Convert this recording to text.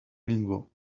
ningú